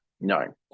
No